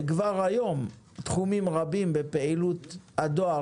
שכבר היום תחומים רבים בפעילות הדואר